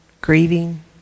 grieving